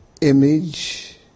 image